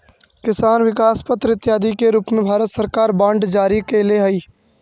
किसान विकास पत्र इत्यादि के रूप में भारत सरकार बांड जारी कैले हइ